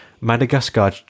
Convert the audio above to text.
Madagascar